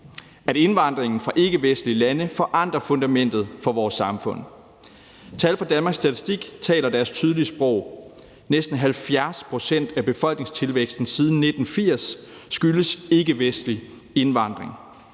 at indvandringen fra ikkevestlige lande forandrer fundamentet for vores samfund. Tal fra Danmarks Statistik taler deres tydelige sprog: Næsten 70 pct. af befolkningstilvæksten siden 1980 skyldes ikkevestlig indvandring.